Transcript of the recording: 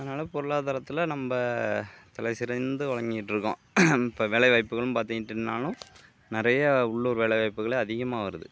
அதனால் பொருளாதாரத்தில் நம்ம தலைசிறந்து விளங்கிக்கிட்டிருக்கோம் இப்போ வேலைவாய்ப்புகளும் பார்த்துக்கிட்டிங்கனாலும் நிறையா உள்ளூர் வேலைவாய்ப்புகளே அதிகமாக வருது